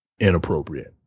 Inappropriate